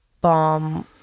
bomb